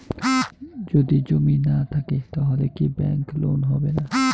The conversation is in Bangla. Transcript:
যদি জমি না থাকে তাহলে কি ব্যাংক লোন হবে না?